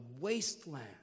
wasteland